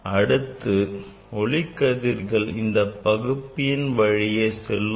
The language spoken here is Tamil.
அடுத்து ஒளிக்கதிர்கள் இந்த பகுப்பியின் வழியே செல்லும்